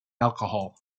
alcohol